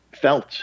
felt